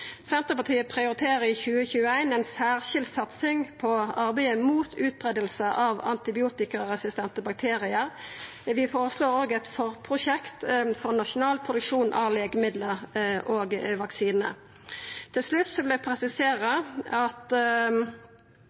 Senterpartiet prioriterer i 2021 ei særskild satsing på arbeidet mot utbreiing av antibiotikaresistente bakteriar. Vi føreslår òg eit forprosjekt for nasjonal produksjon av legemidlar og vaksiner. Til slutt vil eg presisera at